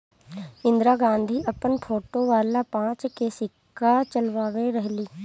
इंदिरा गांधी अपन फोटो वाला पांच के सिक्का चलवले रहली